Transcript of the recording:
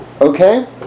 Okay